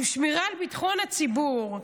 עם שמירה על ביטחון הציבור,